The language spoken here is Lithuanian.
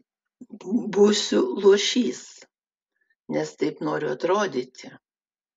būsiu luošys nes taip noriu atrodyti